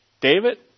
David